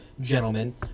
Gentlemen